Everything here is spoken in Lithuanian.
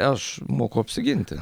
aš moku apsiginti